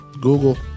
Google